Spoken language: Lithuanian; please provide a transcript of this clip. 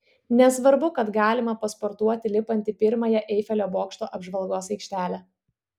nesvarbu kad galima pasportuoti lipant į pirmąją eifelio bokšto apžvalgos aikštelę